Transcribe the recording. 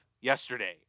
yesterday